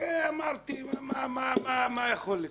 אמרתי, מה יכול לקרות?